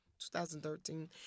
2013